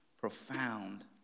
profound